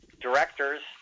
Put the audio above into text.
directors